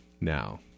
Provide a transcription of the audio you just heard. now